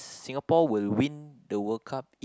Singapore will win the World Cup if